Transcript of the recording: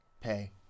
Pay